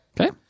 Okay